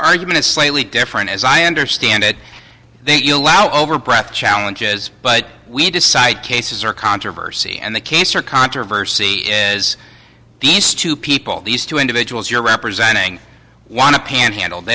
argument is slightly different as i understand it that you allow over breath challenges but we decide cases are controversy and the case or controversy is these two people these two individuals you're representing want to panhandle they